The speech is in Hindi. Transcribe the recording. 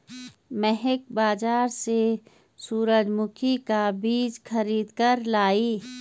महक बाजार से सूरजमुखी का बीज खरीद कर लाई